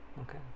Okay